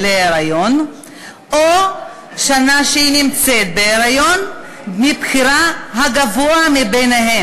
להיריון או השנה שהיא בהיריון בחירה לפי הגבוהה בהן.